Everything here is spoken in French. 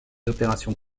opérations